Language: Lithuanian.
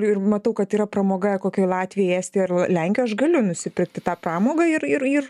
ir matau kad yra pramoga kokioj latvijoj estijoj ar lenkijoj aš galiu nusipirkti tą pramogą ir ir ir